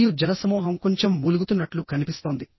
మరియు జనసమూహం కొంచెం మూలుగుతున్నట్లు కనిపిస్తోంది